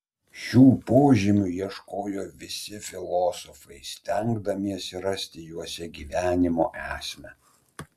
šių požymių ieškojo visi filosofai stengdamiesi rasti juose gyvenimo esmę